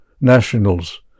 nationals